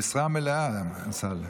במשרה מלאה, אמסלם.